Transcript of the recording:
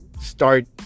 start